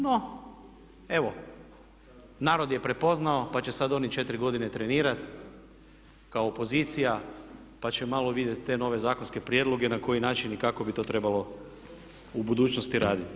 No, evo narod je prepoznao pa će sada oni 4 godine trenirati kao opozicija, pa će malo vidjeti te nove zakonske prijedloge na koji način i kako bi to trebalo u budućnosti raditi.